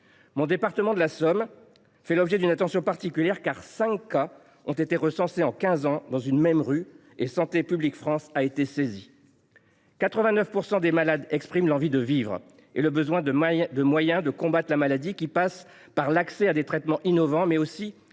Mon département, la Somme, fait l’objet d’une attention particulière, car cinq cas ont été recensés en quinze ans dans une même rue, et l’agence Santé publique France a été saisie. Je le rappelle, 89 % des malades expriment l’envie de vivre et le besoin de moyens pour combattre la maladie. Cela passe par l’accès à des traitements innovants, mais aussi